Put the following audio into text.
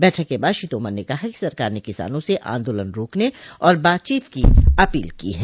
बैठक के बाद श्री तोमर ने कहा कि सरकार ने किसानों से आंदोलन रोकने और बातचीत की अपील की है